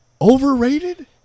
Overrated